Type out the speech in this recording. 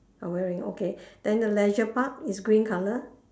ah wearing okay then the leisure park is green colour